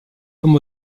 comme